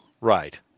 Right